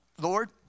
Lord